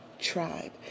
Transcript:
Tribe